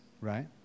right